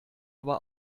aber